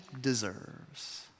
deserves